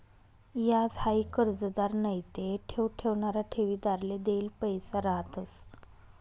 याज हाई कर्जदार नैते ठेव ठेवणारा ठेवीदारले देल पैसा रहातंस